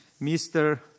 Mr